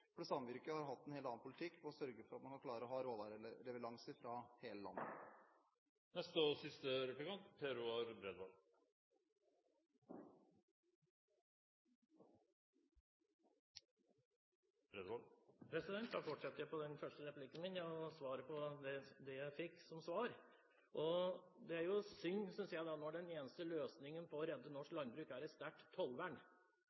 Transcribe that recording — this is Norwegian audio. fordi samvirker har hatt en helt annen politikk og sørger for at man kan klare å ha råvareleveranser fra hele landet. Da fortsetter jeg på den første replikken min og det jeg fikk som svar. Det er synd, synes jeg, når den eneste løsningen på å redde norsk